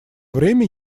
время